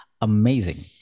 amazing